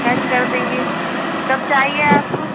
pack کر دیں گے کب چاہیے آپ کو